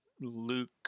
Luke